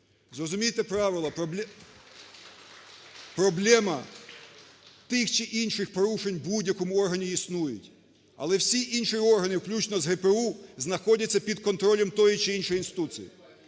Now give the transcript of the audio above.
Зрозумійте правило… (Оплески) Проблема тих чи інших порушень в будь-якому органі існують, але всі інші органи, включно з ГПУ, знаходяться під контролем тої чи іншої інституції.